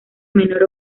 menor